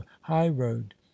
high-road